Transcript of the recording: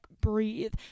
breathe